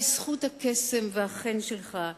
בזכות הקסם והחן שלך,